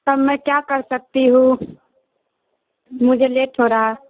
اب میں کیا کر سکتی ہوں مجھے لیٹ ہو رہا ہے